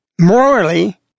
morally